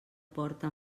porta